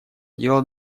дела